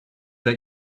that